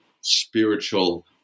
spiritual